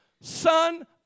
son